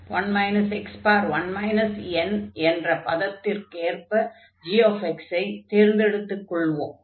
1 n என்ற பதத்திற்கேற்ற gx ஐ தேர்ந்தெடுத்துக் கொள்வோம்